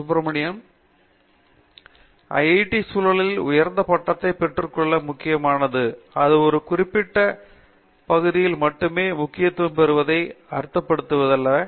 அனந்த சுப்பிரமணியன் சரி ஐஐடி சூழலில் உயர்ந்த பட்டத்தை பெற்றுக்கொள்வது முக்கியமானது அது ஒரு குறிப்பிட்ட செங்குத்துப் பகுதியில் மட்டுமே முக்கியத்துவம் பெறுவதை அர்த்தப்படுத்துவதில்லை